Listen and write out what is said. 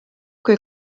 kui